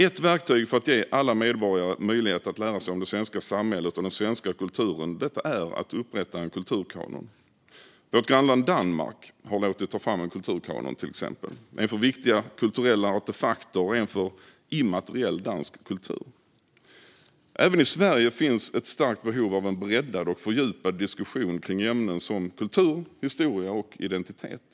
Ett verktyg för att ge alla medborgare möjlighet att lära sig om det svenska samhället och den svenska kulturen är att upprätta en kulturkanon. Till exempel har vårt grannland Danmark låtit ta fram en kulturkanon - en för viktiga kulturella artefakter och en för immateriell dansk kultur. Även i Sverige finns ett starkt behov av en breddad och fördjupad diskussion kring ämnen som kultur, historia och identitet.